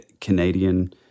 Canadian